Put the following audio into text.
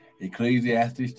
Ecclesiastes